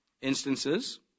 instances